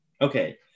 Okay